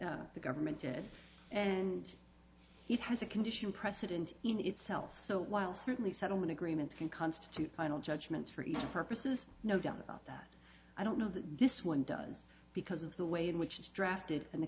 at the government tit and it has a condition precedent in itself so while certainly settlement agreements can constitute final judgments for each of purposes no doubt about that i don't know that this one does because of the way in which was drafted and the